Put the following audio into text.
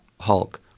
Hulk